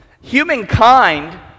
humankind